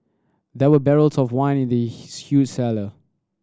there were barrels of wine in the huge cellar